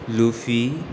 Luffy